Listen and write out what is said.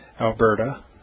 Alberta